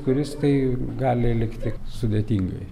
kuris tai gali likti sudėtingai